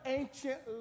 ancient